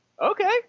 Okay